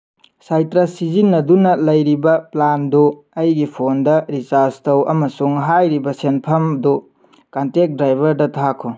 ꯁꯥꯏꯇ꯭ꯔꯁ ꯁꯤꯖꯤꯟꯅꯗꯨꯅ ꯂꯩꯔꯤꯕ ꯄ꯭ꯂꯥꯟꯗꯨ ꯑꯩꯒꯤ ꯐꯣꯟꯗ ꯔꯤꯆꯥꯔꯁ ꯇꯧ ꯑꯃꯁꯨꯡ ꯍꯥꯏꯔꯤꯕ ꯁꯦꯟꯐꯝꯗꯨ ꯀꯟꯇꯦꯛ ꯗ꯭ꯔꯥꯏꯚꯔꯗ ꯊꯥꯈꯣ